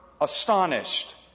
astonished